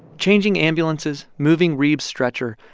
changing ambulances, moving reeb's stretcher,